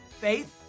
faith